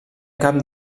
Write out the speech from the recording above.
cap